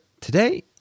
today